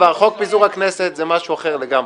פיזור הכנסת זה משהו אחר לגמרי.